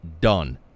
Done